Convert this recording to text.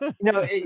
no